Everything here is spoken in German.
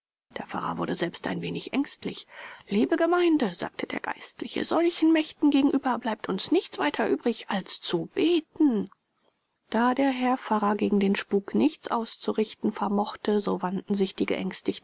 der pfarrer wurde selbst ein wenig ängstlich liebe gemeinde sagte der geistliche solchen mächten gegenüber bleibt uns nichts weiter übrig als zu beten da der pfarrer gegen den spuk nichts auszurichten vermochte so wandten sich die